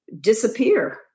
disappear